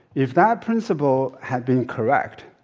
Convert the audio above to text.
if that principle had been correct,